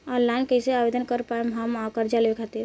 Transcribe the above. Online कइसे आवेदन कर पाएम हम कर्जा लेवे खातिर?